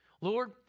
Lord